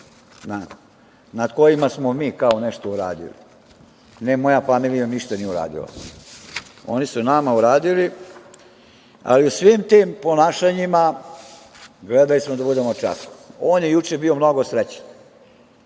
nad kojima smo mi kao nešto uradili. Ne, moja familija nije ništa uradila, oni su nama uradili. Ali, u svim tim ponašanjima gledali smo da budemo časni. On je juče bio mnogo srećan. Da